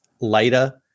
later